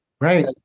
Right